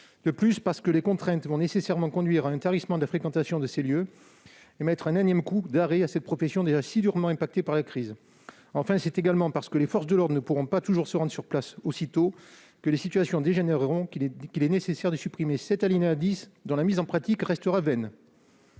En outre, ces contraintes vont nécessairement conduire à un tarissement de la fréquentation de ces lieux et imposeront un énième coup d'arrêt à cette profession, déjà si durement touchée par la crise. Enfin, parce que les forces de l'ordre ne pourront pas toujours se rendre sur place aussitôt, les situations dégénéreront. Il est donc nécessaire de supprimer cet alinéa 10, dont la mise en pratique restera vaine.